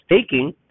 taking